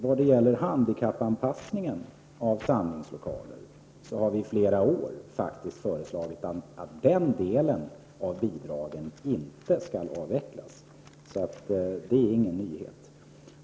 Vi har i flera år föreslagit att bidraget till handikappanpassning av samlingslokaler inte skall avvecklas. Det är alltså inte någon nyhet.